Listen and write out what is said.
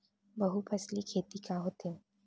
बहुफसली खेती का होथे?